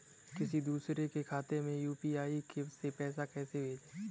किसी दूसरे के खाते में यू.पी.आई से पैसा कैसे भेजें?